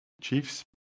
Chiefs